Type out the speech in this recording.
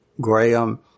Graham